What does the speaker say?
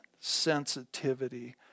sensitivity